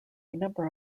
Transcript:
number